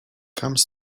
comes